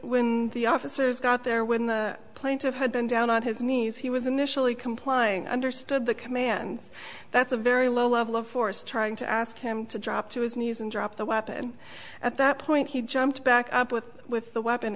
when the officers got there when the plaintiff had been down on his knees he was initially complying understood the command that's a very low level of force trying to ask him to drop to his knees and drop the weapon at that point he jumped back up with with the weapon